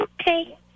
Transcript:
Okay